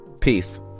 Peace